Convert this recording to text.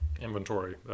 Inventory